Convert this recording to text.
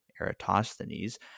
Eratosthenes